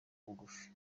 bugufi